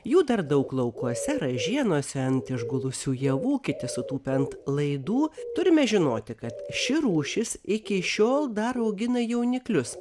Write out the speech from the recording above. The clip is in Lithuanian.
jų dar daug laukuose ražienose ant išgulusių javų kiti sutūpę ant laidų turime žinoti kad ši rūšis iki šiol dar augina jauniklius